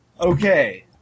okay